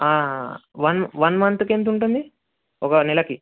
one one మంత్కి ఎంత ఉంటుంది ఒక నెలకి